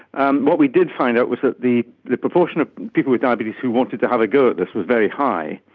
um what we did find out was that the the proportion of people with diabetes who wanted to have a go at this was very high.